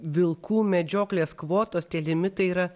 vilkų medžioklės kvotos tie limitai yra